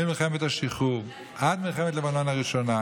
ממלחמת השחרור עד מלחמת לבנון הראשונה,